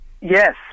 Yes